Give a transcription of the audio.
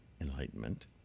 enlightenment